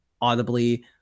audibly